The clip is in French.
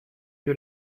que